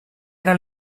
era